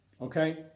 okay